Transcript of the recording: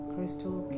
Crystal